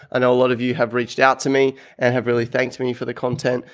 i know a lot of you have reached out to me and have really thanked me for the content,